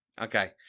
Okay